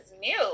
new